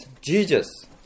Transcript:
Jesus